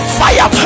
fire